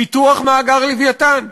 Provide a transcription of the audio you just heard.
פיתוח מאגר "לווייתן"